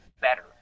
better